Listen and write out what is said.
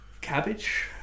cabbage